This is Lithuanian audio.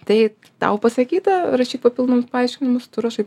tai tau pasakyta rašyk papildomus paaiškinimus tu rašai